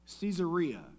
Caesarea